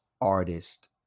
artist